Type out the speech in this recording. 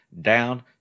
down